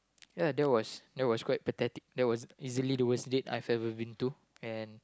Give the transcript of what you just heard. ya that was that was quite pathetic that was easily the worst date I've ever been to and